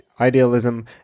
idealism